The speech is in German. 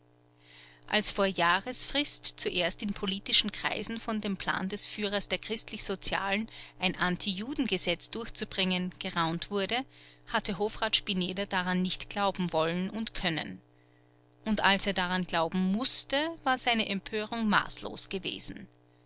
als vor jahresfrist zuerst in politischen kreisen von dem plan des führers der christlichsozialen ein antijudengesetz durchzubringen geraunt wurde hatte hofrat spineder daran nicht glauben wollen und können und als er daran glauben mußte war seine empörung maßlos gewesen